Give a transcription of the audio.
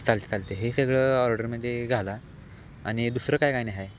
चालते चालते हे सगळं ऑर्डरमध्ये घाला आणि दुसरं काय काय आणि आहे